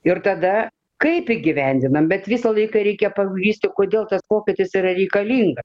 ir tada kaip įgyvendinam bet visą laiką reikia pagrįsti kodėl tas pokytis yra reikalinga